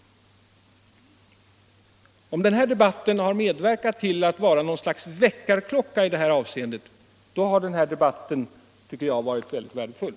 Om den här debatten har medverkat till att vara något slags väckarklocka i det avseendet har den varit värdefull.